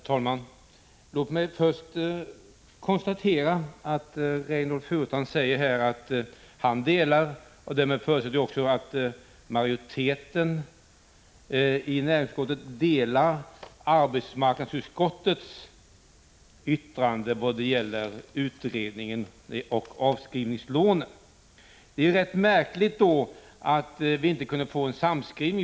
Herr talman! Låt mig först konstatera att Reynoldh Furustrand säger att han delar arbetsmarknadsutskottets uppfattning vad gäller utredningen och avskrivningslånen. Därmed förutsätter jag att också majoriteten i näringsutskottet gör det. Det är då rätt märkligt att vi inte kunde få en samskrivning.